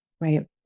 right